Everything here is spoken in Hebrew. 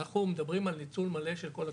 אנחנו מדברים על ניצול מלא של כל הקולחים.